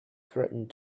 threatened